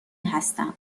هستم